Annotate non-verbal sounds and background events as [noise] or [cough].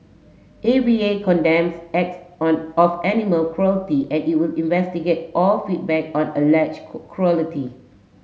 A V A condemns acts on of animal cruelty and will investigate all feedback on alleged [unintelligible] quality